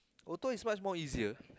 auto is much more easier